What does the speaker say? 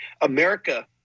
America